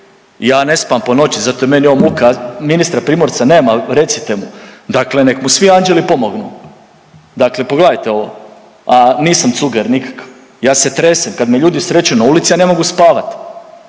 ja ne spavam po noći zato je meni ovo muka, ministra Primorca nema, recite mu, dakle nek mu svi anđeli pomognu. Dakle, pogledajte ovo, a nisam cuger nikakav, ja se tresem kad me ljudi sreću na ulici ja ne mogu spavati,